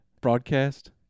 broadcast